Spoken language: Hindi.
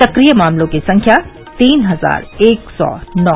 सक्रिय मामलों की संख्या तीन हजार एक सौ नौ